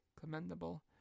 commendable